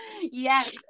Yes